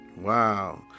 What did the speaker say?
Wow